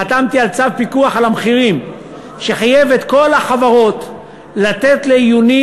חתמתי על צו פיקוח על המחירים שחייב את כל החברות לתת לעיוני